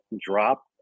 drop